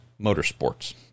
Motorsports